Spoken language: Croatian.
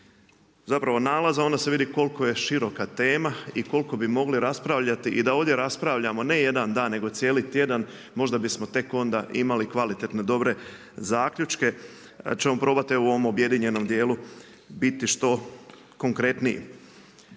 zapravo nalaza onda se vidi koliko je široka tema i koliko bi mogli raspravljati. I da ovdje raspravljamo ne jedan dan, nego cijeli tjedan možda bismo tek onda imali kvalitetne, dobre zaključke ćemo probati evo u ovom objedinjenom dijelu biti što konkretniji.